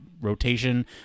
rotation